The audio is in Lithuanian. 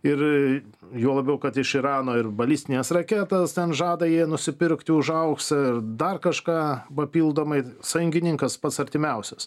ir juo labiau kad iš irano ir balistines raketas ten žada jie nusipirkti už auksą ir dar kažką papildomai sąjungininkas pats artimiausias